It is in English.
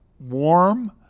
warm